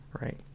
right